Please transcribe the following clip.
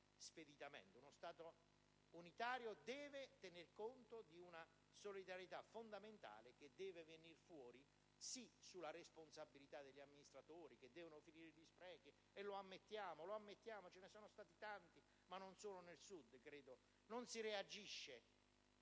Uno Stato unitario deve tener conto di una solidarietà fondamentale, che deve venir fuori, sì, sulla base della responsabilità degli amministratori, che devono porre fine agli sprechi (e lo ammettiamo, ce ne sono stati tanti, ma non solo nel Sud, credo): ma non si reagisce